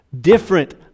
Different